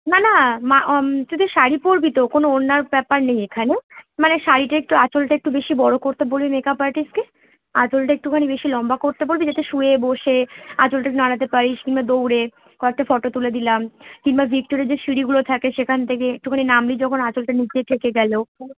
না না মা যদি শাড়ি পরবি তো কোনো ওড়নার ব্যাপার নেই এখানে মানে শাড়িটা একটু আঁচলটা একটু বেশি বড়ো করতে বলবি মেকআপ আর্টিস্টকে আঁচলটা একটুখানি বেশি লম্বা করতে বলবি যাতে শুয়ে বসে আঁচলটা একটু নাড়াতে পারিস কিংবা দৌড়ে কয়েকটা ফটো তুলে দিলাম কিংবা ভিক্টোরিয়ার যে সিঁড়িগুলো থাকে সেখান থেকে একটুখানি নামলি যখন আঁচলটা নিচে থেকে গেল